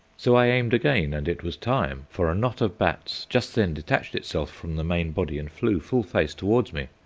so i aimed again, and it was time, for a knot of bats just then detached itself from the main body and flew full-face towards me.